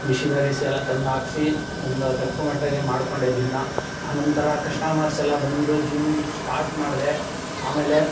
machineries ಎಲ್ಲ ತಂದು ಹಾಕ್ಸಿ ಒಂದು ತಕ್ಕ ಮಟ್ಟಿಗೆ ಮಾಡಿಕೊಂಡೆ ಜಿಮ್ನ ಆ ನಂತರ ಕಸ್ಟಮರ್ಸ್ ಎಲ್ಲ ಬಂದರು ಜಿಮ್ ಸ್ಟಾರ್ಟ್ ಮಾಡಿದೆ ಆಮೇಲೆ